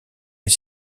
est